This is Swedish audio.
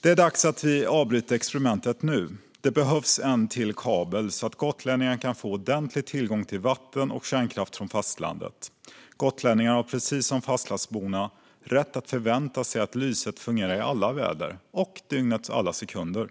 Det är dags att vi avbryter experimentet nu. Det behövs ytterligare en kabel så att gotlänningarna kan få ordentlig tillgång på vatten och kärnkraft från fastlandet. Gotlänningarna har, precis som fastlandsborna, rätt att förvänta sig att lyset fungerar i alla väder - och dygnets alla sekunder.